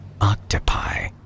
octopi